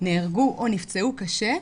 נהרגו או נפצעו קשה,